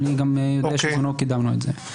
אני גם יודע שבזמנו קידמנו את זה.